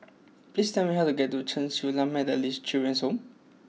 please tell me how to get to Chen Su Lan Methodist Children's Home